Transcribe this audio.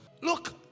Look